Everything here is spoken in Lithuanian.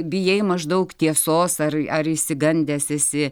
bijai maždaug tiesos ar ar išsigandęs esi